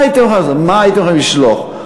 מה הייתם יכולים לשלוח?